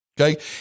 Okay